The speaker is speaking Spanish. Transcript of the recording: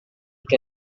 que